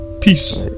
peace